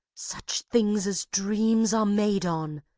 such things as dreams are made on,